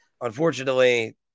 Unfortunately